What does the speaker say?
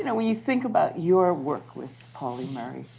and when you think about your work with pauli murray,